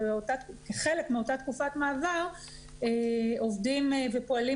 כחלק מאותה תקופה מעבר עובדים ופועלים